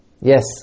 yes